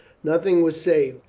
nothing was saved.